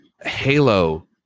halo